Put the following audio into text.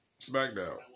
SmackDown